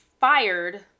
fired